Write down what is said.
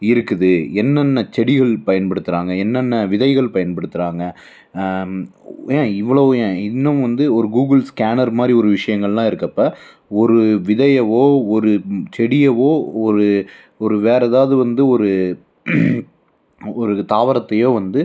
இருக்குது என்னென்ன செடிகள் பயன்படுத்தகிறாங்க என்னென்ன விதைகள் பயன்படுத்துகிறாங்க ஏன் இவ்வளோ ஏன் இன்னும் வந்து ஒரு கூகுள் ஸ்கேனர் மாதிரி ஒரு விஷியங்களெல்லாம் இருக்கப்ப ஒரு விதையவோ ஒரு ம் செடியவோ ஒரு ஒரு வேறு எதாவது வந்து ஒரு ஒரு தாவரத்தையோ வந்து